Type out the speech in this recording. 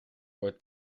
wordt